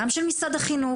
גם של משרד החינוך,